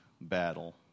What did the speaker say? battle